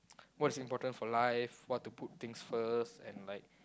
what's important for life what to put things first and like